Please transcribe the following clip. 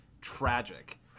tragic